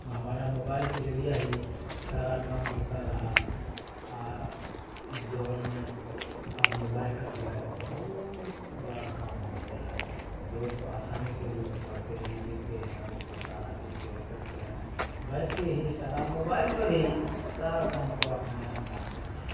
ہمارا موبائل کے ذریعہ ہی سارا کام ہوتا رہا اس دور میں اب موبائل کا جو ہے بہت بڑا کام ہو گیا ہے لوگ آسانی سے لوگ پڑھتے ہیں لکھتے ہیں اس پر سارا چیز شیئر کرتے ہیں بیٹھ کے ہی سارا موبائل پر ہی سارا کام کو اپنے انجام دیتے ہیں